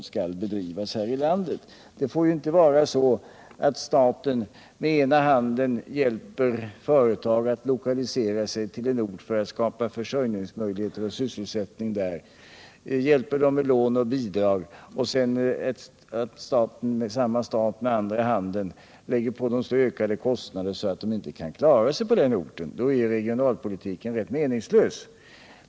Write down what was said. Det får inte vara så, att staten för att skapa försörjningsmöjligheter och sysselsättning på en ort med ena handen hjälper företag att lokalisera sig till denna och hjälper dem med lån och bidrag, och att sedan samma stat med andra handen lägger på dem så höga kostnader att de inte kan klara sig på den orten. Då är regionalpolitiken rätt meningslös.